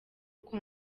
uko